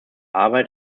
arbeit